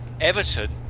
Everton